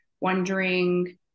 Wondering